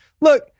look